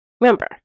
Remember